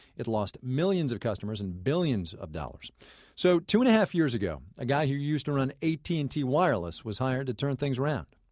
it lost millions of customers and billions of dollars so two-and-a-half years ago, a guy who used to run and t wireless was hired to turn things around